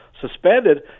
suspended